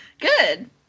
Good